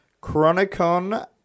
Chronicon